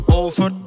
over